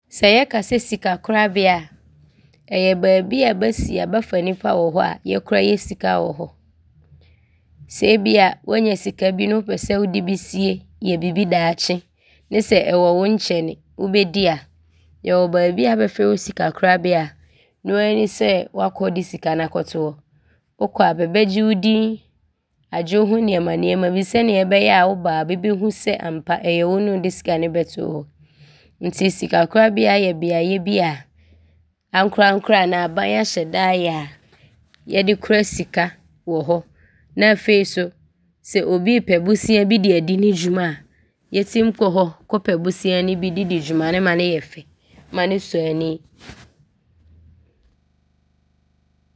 Sɛ yɛka sɛ sikakorabea a, ɔyɛ baabi a bɛasi a bɛafa nnipa wɔ hɔ a yɛkora yɛ sika wɔ hɔ. Sɛ ebia woanya sika bi ne wopɛ sɛ wode bi sie yɛ bibi daakye a, ne sɛ ɔwɔ wo nkyɛn wobɛdi a, yɛwɔ baabi a bɛfrɛ hɔ sikakorabea a noaa di sɛ woakɔ de sika no akɔto hɔ. Wokɔ a bɛbɛgye wo din, agye wo ho nnoɔma bi sɛdeɛ ɔbɛyɛ a woba a bɛbɛhu sɛ ampa ɔyɛ wo ne wode sika no bɛtoo hɔ nti sikakorabea yɛ beaeɛ bi a ankorɛankorɛ anaa aban ahyɛ da ayɛ a yɛde kora sika wɔ hɔ na afei so sɛ bi ɔɔpɛ bosea bi de adi ne dwuma a, yɛtim kɔ hɔ kɔpɛ bosea no bi de di dwuma no ma no yɛ fɛ ma no sɔ ani.